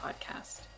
podcast